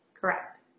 correct